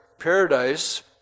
paradise